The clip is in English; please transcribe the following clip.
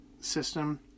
system